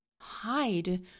hide